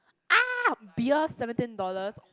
!ah! beer seventeen dollars